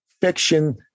fiction